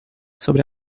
sobre